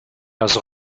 das